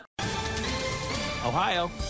Ohio